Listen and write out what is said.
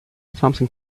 something